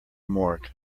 morgue